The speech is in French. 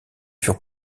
furent